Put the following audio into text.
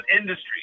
industry